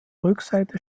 rückseite